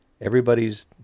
Everybody's